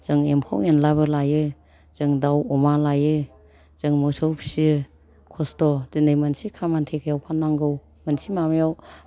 जों एम्फौ एनलाबो लायो जों दाउ अमा लायो जों मोसौ फिसियो खस्थ' दिनै मोनसे खामानि थेखायाव फाननांगौ मोनसे माबायाव